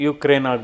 Ukraine